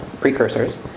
precursors